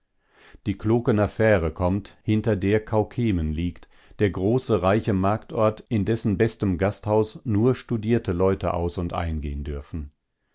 die klokener fähre kommt hinter der kaukehmen liegt der große reiche marktort in dessen bestem gasthaus nur studierte leute aus und ein gehen dürfen